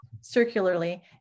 circularly